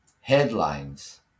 headlines